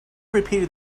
repeated